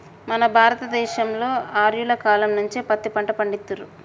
మన భారత దేశంలో ఆర్యుల కాలం నుంచే పత్తి పంట పండిత్తుర్రు